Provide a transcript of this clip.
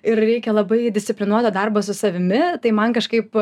ir reikia labai disciplinuoto darbo su savimi tai man kažkaip